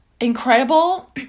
incredible